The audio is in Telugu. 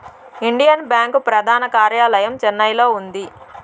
ఇండియన్ బ్యాంకు ప్రధాన కార్యాలయం చెన్నైలో ఉంది